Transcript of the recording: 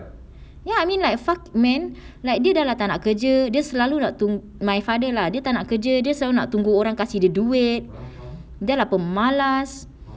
ya I mean like fuck man like dia dah tak nak kerja dia selalu nak tung~ my father lah dia tak nak kerja dia selalu nak tunggu orang kasih dia duit dia lah pemalas